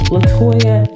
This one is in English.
Latoya